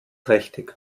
trächtig